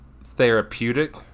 therapeutic